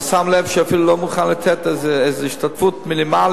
אתה שם לב שהוא אפילו לא מוכן לתת איזו השתתפות מינימלית,